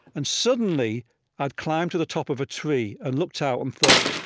and suddenly i've climbed to the top of a tree and looked out and thought,